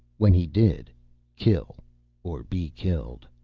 when he did kill or be killed.